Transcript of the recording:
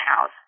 house